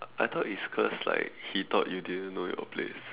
I thought it's cause like he thought you didn't know your place